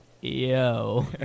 yo